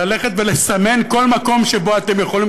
ללכת ולסמן כל מקום שבו אתם יכולים,